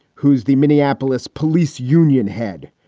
who's the minneapolis police union head.